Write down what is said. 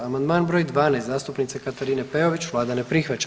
Amandman br. 12. zastupnice Katarine Peović, vlada ne prihvaća.